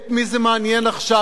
את מי זה מעניין עכשיו,